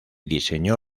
diseñó